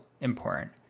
important